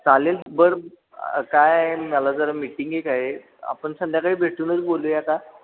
चालेल बरं काय आहे मला जरा मीटिंग एक आहे आपण संध्याकाळी भेटूनच बोलूया का